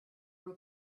were